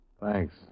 Thanks